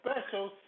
special